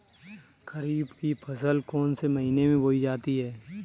खरीफ की फसल कौन से महीने में बोई जाती है?